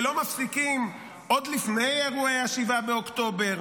שלא מפסיקים, עוד לפני אירועי 7 באוקטובר,